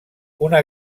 una